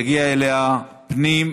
יגיע אליה פנים,